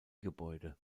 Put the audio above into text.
gebäude